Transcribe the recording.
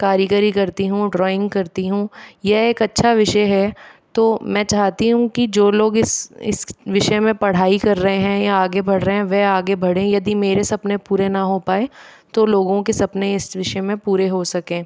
कारीगरी करती हूँ ड्रॉइंग करती हूँ यह एक अच्छा विषय है तो मैं चाहती हूँ कि जो लोग इस इस विषय मे पढ़ाई कर रहे हैं या आगे बढ़ रहे हैं वह आगे बढ़े यदि मेरे सपने पूरे ना हो पाए तो लोगों के सपने इस विषय में पूरे हो सकें